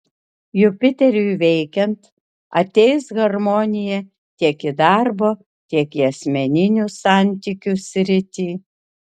jupiteriui veikiant ateis harmonija tiek į darbo tiek į asmeninių santykių sritį